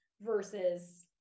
versus